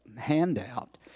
handout